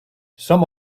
some